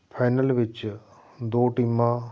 final ਵਿੱਚ ਦੋ ਟੀਮਾਂ